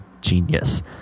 genius